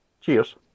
Cheers